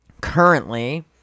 currently